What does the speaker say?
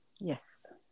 Yes